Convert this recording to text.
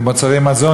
במוצרי מזון.